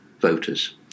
voters